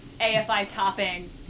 AFI-topping